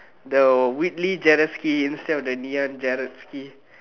the weakly Jereck Ski instead of the Ngee-Ann Jereck Ski